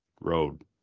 road